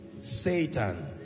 Satan